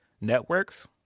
networks